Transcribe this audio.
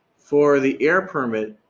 for the air permit,